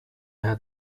had